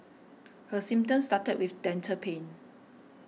her symptoms started with dental pain